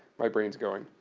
my brain is going.